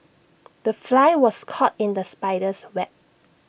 the fly was caught in the spider's web